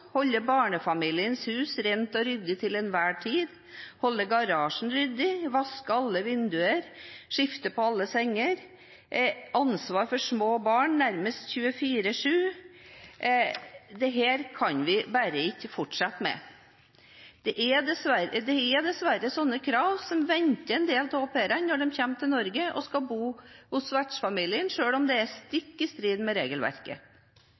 holde barnefamiliens hus rent og ryddig til enhver tid holde garasjen ryddig vaske alle vinduer skifte på alle senger ha ansvar for små barn nærmest 24/7 Dette kan vi bare ikke fortsette med. Det er dessverre slike krav som venter en del av au pairene når de kommer til Norge og skal bo hos en vertsfamilie, selv om det er stikk i strid med regelverket.